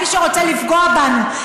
שמי שרוצה לפגוע בנו,